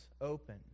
open